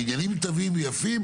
בניינים קטנים ויפים.